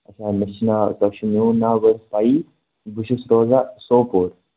اچھا مےٚ چھُ ناو تۄہہِ چھُ میون ناو بٲژ پَیہِ بہٕ چھُس روزان سوپور